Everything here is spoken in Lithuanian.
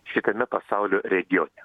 šitame pasaulio regione